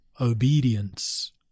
obedience